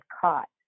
caught